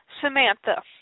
Samantha